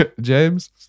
James